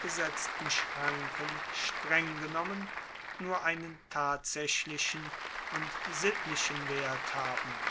gesetzten schranken streng genommen nur einen tatsaechlichen und sittlichen wert haben